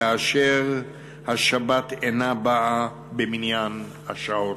כאשר השבת אינה באה במניין השעות.